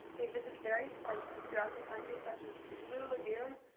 they visited various places throughout the country, such as the blue lagoon,